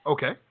Okay